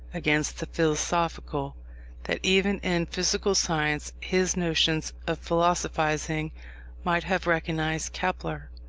against the philosophical that even in physical science his notions of philosophizing might have recognised kepler,